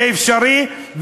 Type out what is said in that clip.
זה אפשרי,